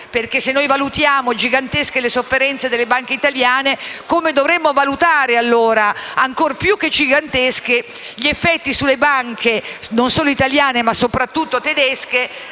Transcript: perché se valutiamo gigantesche le sofferenze delle banche italiane, come dovremmo valutare allora gli effetti, ancor più che giganteschi, del peso dei derivati sulle banche, non solo italiane ma soprattutto tedesche,